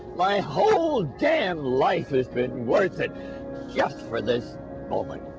my whole damn life has been worth it just for this moment!